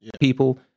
people